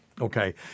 Okay